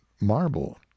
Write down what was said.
marble